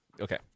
Okay